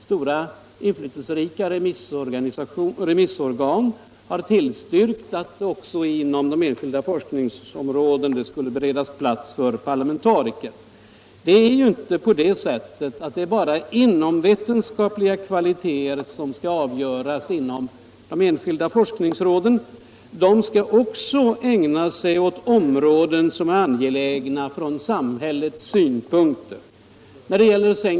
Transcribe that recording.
Stora, inflytelserika remissorgan har tillstyrkt att det också inom de enskilda forskningsråden skulle beredas plats för parlamentariker. Det är ju inte bara inomvetenskapliga kvaliteter som skall avgöras inom de enskilda råden. De skall ägna sig åt områden som är angelägna från samhällets synpunkt.